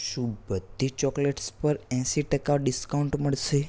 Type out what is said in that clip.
શું બધી ચોકલેટ્સ પર એંસી ટકા ડિસ્કાઉન્ટ મળશે